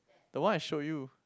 the one I showed you